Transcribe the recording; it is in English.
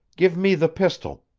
give me the pistol.